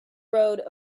road